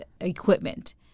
equipment